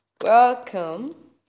welcome